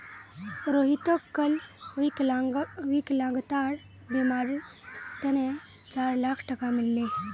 रोहितक कल विकलांगतार बीमार तने चार लाख टका मिल ले